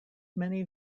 many